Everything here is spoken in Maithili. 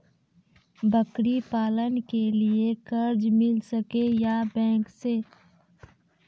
बकरी पालन के लिए कर्ज मिल सके या बैंक से?